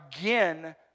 again